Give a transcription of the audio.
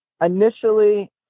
Initially